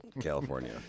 California